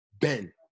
Ben